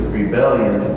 rebellion